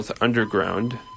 Underground